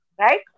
Right